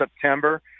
September